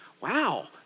Wow